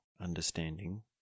understanding